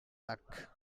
luck